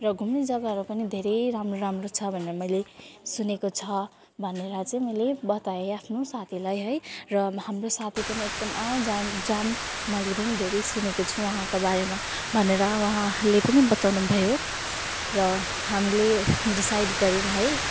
र घुम्नु जग्गाहरू पनि धेरै राम्रो राम्रो छ भनेर मैले सुनेको छ भनेर चाहिँ मैले बताएँ आफ्नो साथीलाई है र हाम्रो साथी पनि एकदम अँ जान् जाउँ मैले पनि धेरै सुनेको छु वहाँको बारेमा भनेर उहाँले पनि बताउनु भयो र हामीले डिसाइड गऱ्यौँ है